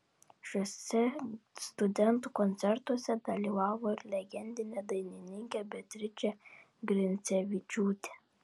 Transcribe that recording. šiuose studentų koncertuose dalyvavo ir legendinė dainininkė beatričė grincevičiūtė